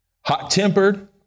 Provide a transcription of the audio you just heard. hot-tempered